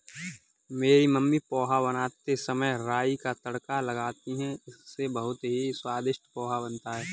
मेरी मम्मी पोहा बनाते समय राई का तड़का लगाती हैं इससे बहुत ही स्वादिष्ट पोहा बनता है